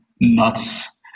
nuts